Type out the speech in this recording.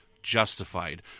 justified